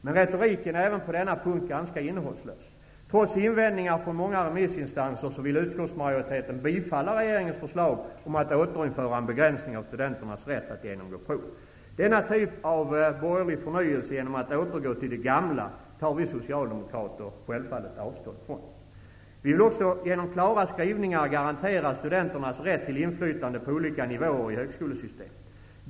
Men retoriken är även på denna punkt ganska innehållslös. Trots invändningar från många remissinstanser vill utskottsmajoriteten bifalla regeringens förslag om att återinföra en begränsning av studenternas rätt att genomgå prov. Denna typ av borgerlig förnyelse genom att återgå till det gamla tar vi socialdemokrater självfallet avstånd från. Vi vill också genom klara skrivningar garantera studenternas rätt till inflytande på olika nivåer i högskolesystemet.